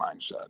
mindset